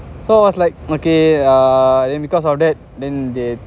so I was like okay ah then because of that then they